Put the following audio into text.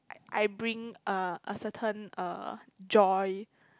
like I bring a a certain uh joy